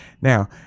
Now